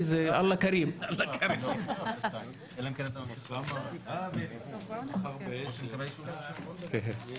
ננעלה בשעה 15:03.